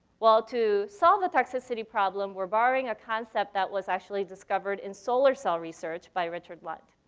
well, to solve the toxicity problem, we're borrowing a concept that was actually discovered in solar cell research by richard lunt.